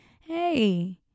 Hey